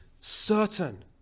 certain